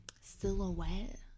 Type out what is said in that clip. silhouette